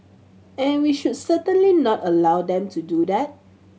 and we should certainly not allow them to do that